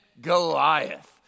Goliath